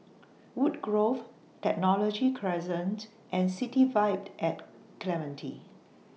Woodgrove Technology Crescent and City Vibe At Clementi